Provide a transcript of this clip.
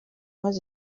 maze